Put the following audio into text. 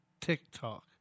TikTok